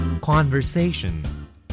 Conversation